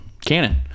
canon